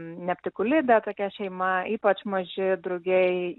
neptikulida tokia šeima ypač maži drugiai